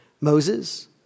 Moses